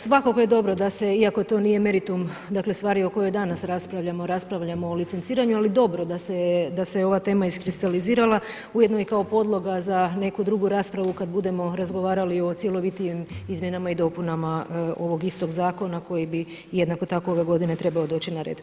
Svakako je dobro da se iako to nije meritum dakle stvari o kojoj danas raspravljamo, a raspravljamo o licenciranju ali je dobro da se ova tema iskristalizirala ujedno i kao podloga za neku drugu raspravu kada budemo razgovarali o cjelovitijim izmjenama i dopunama ovoga istog zakona koji bi jednako tako ove godine bi trebao doći na red.